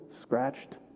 scratched